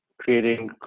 creating